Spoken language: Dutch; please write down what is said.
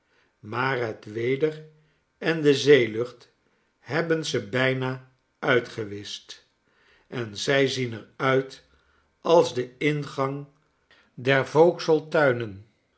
maar het weder en de zeelucht hebben ze bijna uitgewischt en zij zien er uit als de ingang der vauxhall tuinen